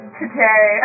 today